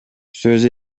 сөз